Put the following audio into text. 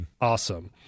Awesome